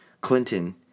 Clinton